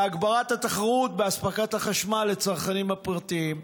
והגברת התחרות באספקת החשמל לצרכנים הפרטיים.